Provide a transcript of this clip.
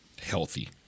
Healthy